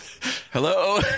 hello